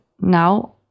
now